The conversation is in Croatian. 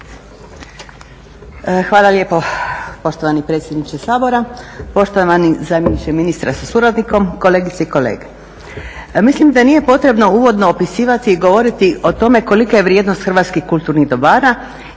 Hvala lijepo poštovani predsjedniče Sabora. Poštovani zamjeniče ministra sa suradnikom, kolegice i kolege. Mislim da nije potrebno uvodno opisivati i govoriti o tome kolika je vrijednost hrvatskih kulturnih dobara